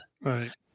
Right